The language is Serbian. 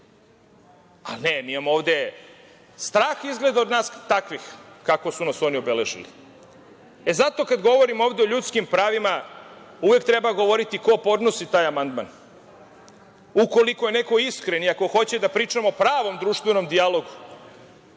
Ne, mi imamo ovde strah, izgleda, od nas takvih, kako su nas oni obeležili. Zato kad govorim ovde o ljudskim pravima, uvek treba govoriti ko podnosi taj amandman. Ukoliko je neko iskren i ako hoće da pričamo o pravom društvenom dijalogu,